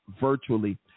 virtually